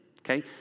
okay